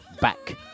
back